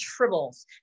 Tribbles